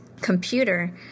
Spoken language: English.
computer